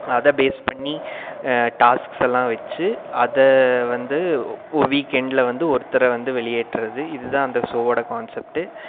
அதை பேஸ் பண்ணி டாஸ்க்ஸெல்லாம் வச்சு அதை வந்து ஒரு வீக் எண்டில் வந்து ஒருத்தரை வந்து வெளியேற்றது இதுதான் அந்த ஷோவோட கான்செப்ட்டு